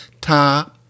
ta